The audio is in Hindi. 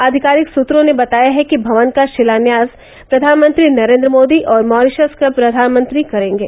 आधिकारिक सूत्रों ने बताया है कि भवन का शिलान्यास प्रधानमंत्री नरेन्द्र मोदी और मॉरिशस का प्रधानमंत्री करेंगे